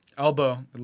elbow